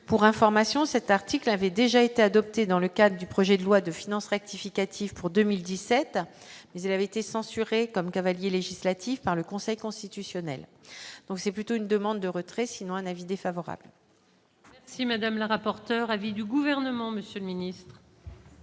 pour information cet article avait déjà eu. Adopté dans le cadre du projet de loi de finances rectificative pour 2017, mais elle avait été censurés comme cavaliers législatifs, par le Conseil constitutionnel, donc c'est plutôt une demande de retrait sinon un avis défavorable. Si Madame la rapporteure avis du gouvernement Monsieur Mini-.